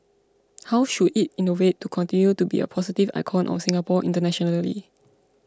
how should it innovate to continue to be a positive icon of Singapore internationally